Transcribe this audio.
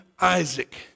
Isaac